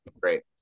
Great